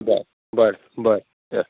बरें बरें बरें या